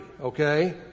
okay